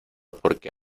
porque